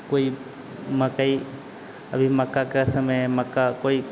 कोई मकई अभी मक्का का समय है मक्का कोई